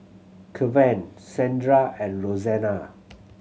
Kevan Sandra and Roseanna